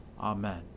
Amen